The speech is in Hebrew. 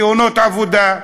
תאונות עבודה,